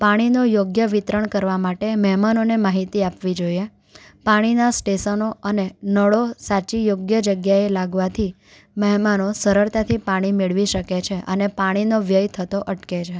પાણીનો યોગ્ય વિતરણ કરવા માટે અમે મહેમાનોને માહિતી આપવી જોઈએ પાણીના સ્ટેશનો અને નળો સાચી યોગ્ય જગ્યાએ લાગવાથી મહેમાનો સરળતાથી પાણી મેળવી શકે છે અને પાણીનો વ્યય થતો અટકે છે